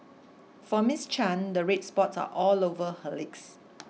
for Miss Chan the red spots are all over her legs